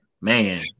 Man